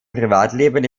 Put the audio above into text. privatleben